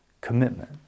commitment